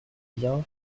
bien